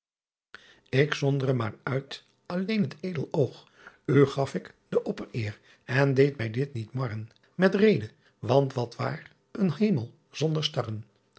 k zondere maar uit alleen het edel oogh gaf ik d oppereer en deed my dit niet marren et reede want wat waar een hemel zonder starren